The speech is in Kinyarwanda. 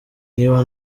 niba